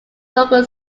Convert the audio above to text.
local